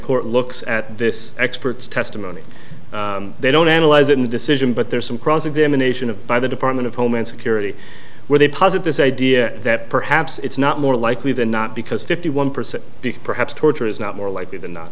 court looks at this expert's testimony they don't analyze it in the decision but there's some cross examination of by the department of homeland security with a puzzle this idea that perhaps it's not more likely than not because fifty one percent because perhaps torture is not more likely